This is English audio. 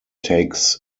takes